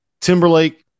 Timberlake